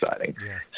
exciting